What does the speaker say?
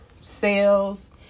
sales